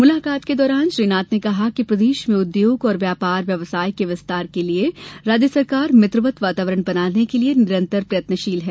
मुलाकात के दौरान श्री नाथ ने कहा कि प्रदेश में उद्योग और व्यापार व्यवसाय के विस्तार के लिये राज्य सरकार मित्रवत वातावरण बनाने के लिये निरंतर प्रयत्नशील है